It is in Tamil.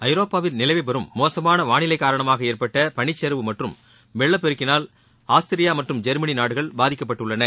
ஐரோப்பாவில் நிலவிவரும் மோசமான வானிலை காரணமாக ஏற்பட்ட பனிச்சரிவு மற்றும் வெள்ளப் பெருக்கினால் ஆஸ்திரியா மற்றும் ஜெர்மனி நாடுகள் பாதிக்கப்பட்டுள்ளன